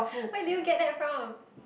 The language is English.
where did you get that from